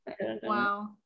Wow